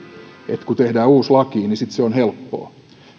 että kun tehdään uusi laki niin sitten se on helppoa